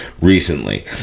recently